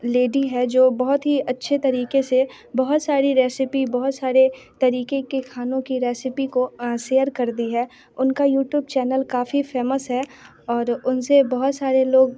lady है जो बहुत ही अच्छे तरीक़े से बहुत सारी रेसिपी बहुत सारे तरीक़े के खानों की रेसिपी को सेयर कर दी है उनका यूटूब चैनल काफ़ी फेमस है और उन से बहुत सारे लोग